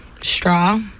straw